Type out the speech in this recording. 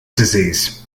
disease